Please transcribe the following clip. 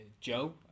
Joe